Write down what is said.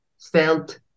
felt